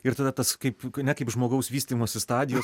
ir tada tas kaip ne kaip žmogaus vystymosi stadijos